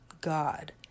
God